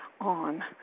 on